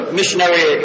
missionary